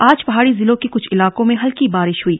आज पहाड़ी जिलों के कुछ इलाकों में हल्की बारिश हुई